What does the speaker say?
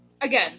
Again